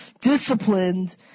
disciplined